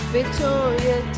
Victoria